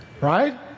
right